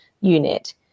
unit